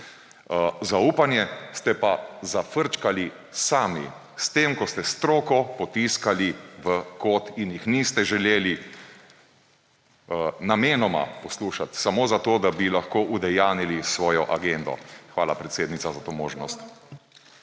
Zaupanje ste pa zafrčkali sami s tem, ko ste stroko potiskali v kot in jih niste želeli namenoma poslušati samo zato, da bi lahko udejanjili svojo agendo. Hvala, predsednica, za to možnost.